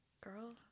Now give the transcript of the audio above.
Girl